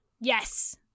Yes